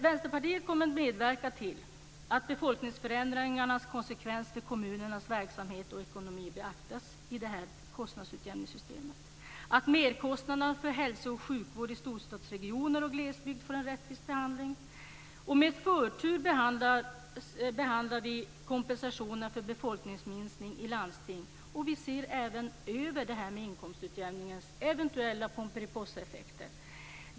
Vänsterpartiet kommer att medverka till att befolkningsförändringarnas konsekvenser för kommunernas verksamhet och ekonomi beaktas i kostnadsutjämningssystemet och att merkostnaderna för hälsooch sjukvård i storstadsregioner och glesbygd får en rättvis behandling. Med förtur behandlas kompensation för befolkningsminskning i landsting. Vi ser även över inkomstutjämningssystemets eventuella pomperipossaeffekter.